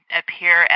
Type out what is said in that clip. appear